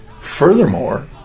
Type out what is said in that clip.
Furthermore